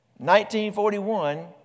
1941